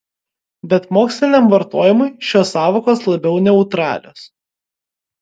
bet moksliniam vartojimui šios sąvokos labiau neutralios